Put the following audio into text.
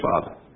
father